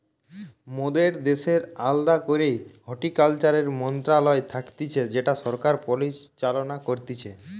মোদের দ্যাশের আলদা করেই হর্টিকালচারের মন্ত্রণালয় থাকতিছে যেটা সরকার পরিচালনা করতিছে